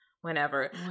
whenever